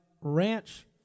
Ranch